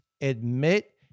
Admit